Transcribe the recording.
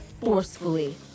forcefully